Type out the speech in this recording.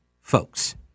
folks